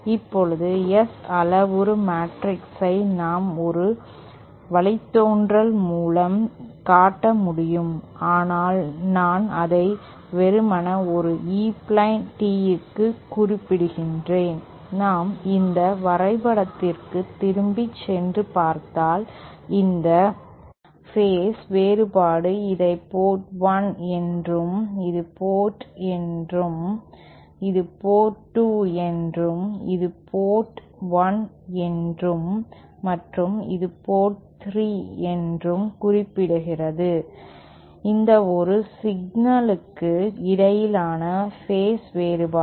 இப்போது S அளவுரு மேட்ரிக்ஸ்ஐ நாம் ஒரு வழித்தோன்றல் மூலம் காட்ட முடியும் ஆனால் நான் அதை வெறுமனே ஒரு E பிளேன் Teeக்கு குறிப்பிடுகிறேன் நாம் இந்த வரைபடத்திற்கு திரும்பிச் சென்று பார்த்தால் இந்த ஃபேஸ் வேறுபாடு இதை போர்ட் 1 என்றும் இது போர்ட் என்றும் இது போர்ட் 2 என்றும் இது போர்ட் 1 என்றும் மற்றும் இது போர்ட் 3 என்றும் குறிப்பிடுகிறது எந்தவொரு சிக்னலுக்கு இடையேயான ஃபேஸ் வேறுபாடு